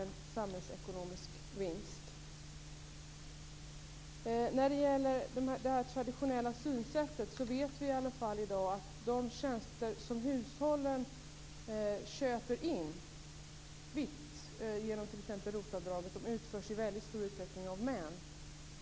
När det gäller det traditionella synsättet vet vi i dag att de tjänster som hushållen köper in vitt, genom t.ex. ROT-avdraget, utförs i stor utsträckning av män.